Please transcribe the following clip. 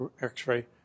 X-ray